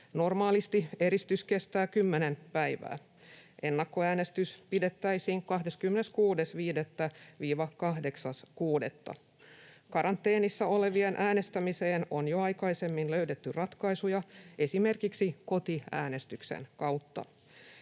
Normaalisti eristys kestää kymmenen päivää. Ennakkoäänestys pidettäisiin 26.5.—8.6. Karanteenissa olevien äänestämiseen on jo aikaisemmin löydetty ratkaisuja esimerkiksi kotiäänestyksen kautta.